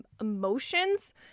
emotions